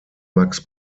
max